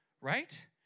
right